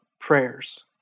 prayers